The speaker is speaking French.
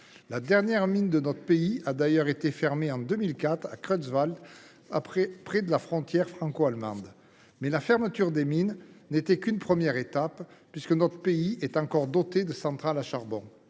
La dernière mine de notre pays a d’ailleurs cessé d’être exploitée en 2004 à Creutzwald, près de la frontière franco allemande. La fermeture de ces mines n’était toutefois qu’une première étape, puisque notre pays est encore doté de centrales à charbon.